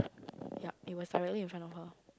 yup it was directly in front of her